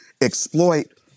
exploit